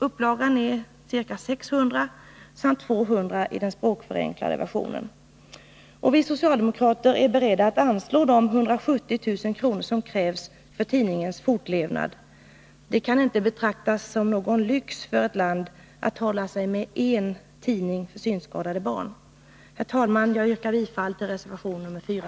Upplagan är ca 600 samt 200 i den språkförenklade versionen. Vi socialdemokrater är beredda att anslå de 170 000 kr. som krävs för tidningens fortlevnad. Det kan inte betraktas som någon lyx för ett land att hålla sig med en tidning för synskadade barn. Herr talman! Jag yrkar bifall till reservation 4.